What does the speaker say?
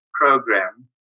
program